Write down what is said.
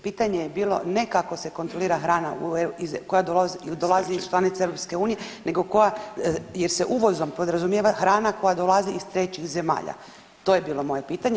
Pitanje je bilo ne kako se kontrolira hrana koja dolazi iz članica EU nego koja jer se uvozom podrazumijeva hrana koja dolazi iz trećih zemalja, to je bilo moje pitanje.